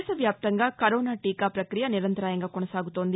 దేశవ్యాప్తంగా కరోనా టీకా ప్రక్రియ నిరంతరాయంగా కొనసాగుతోంది